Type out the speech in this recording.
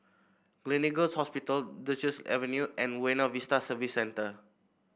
Gleneagles Hospital Duchess Avenue and Buona Vista Service Centre